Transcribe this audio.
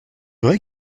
vrai